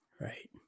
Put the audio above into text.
Right